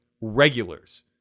regulars